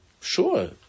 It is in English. Sure